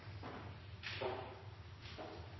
stod